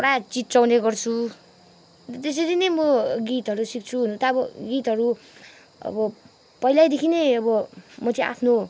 प्राय चिच्याउने गर्छु त्यसरी नै म गीतहरू सिक्छु हुनु त अब गीतहरू अब पहिल्यैदेखि नै अब म चाहिँ आफ्नो